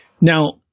Now